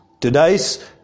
Today's